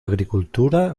agricultura